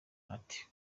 ati